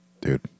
dude